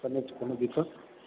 एतऽ नहि छै कोनो दिक्कत